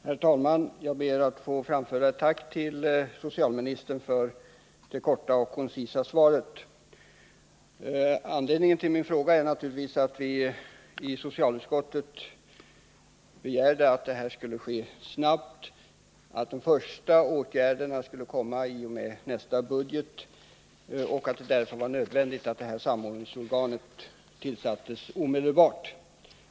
Herr talman! Jag ber att få framföra ett tack till socialministern för det korta och koncisa svaret. Anledningen till min fråga är naturligtvis att vi i socialutskottet begärde ett snabbt agerande. De första åtgärderna skulle komma i och med nästa budget, och det var därför nödvändigt att samordningsorganet tillsattes omedelbart.